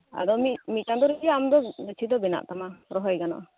ᱟᱫᱚ ᱢᱤᱜ ᱢᱤᱜ ᱪᱟᱸᱫᱳ ᱨᱮᱜᱮ ᱟᱢ ᱫᱚ ᱜᱟᱪᱷᱤ ᱫᱚ ᱵᱮᱱᱟᱜ ᱛᱟᱢᱟ ᱨᱚᱦᱚᱭ ᱜᱟᱱᱚᱜᱼᱟ